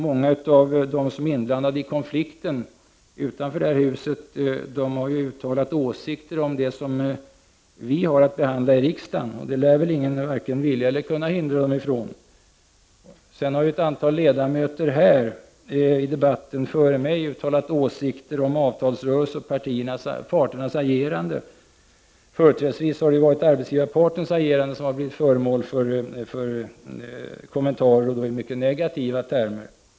Många av dem som är inblandade i konflikten utanför det här huset har ju uttalat åsikter om det som vi har att behandla i riksdagen, och det lär väl ingen vare sig vilja eller kunna hindra dem från. Sedan har ett antal ledamöter före mig i debatten här uttalat åsikter om avtalsrörelsen och parternas agerande. Företrädesvis är det arbetsgivarpartens agerande som blivit föremål för kommentarer, och då i mycket negativa ordalag.